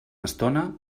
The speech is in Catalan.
estona